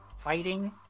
fighting